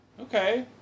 Okay